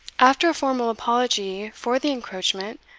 after a formal apology for the encroachment,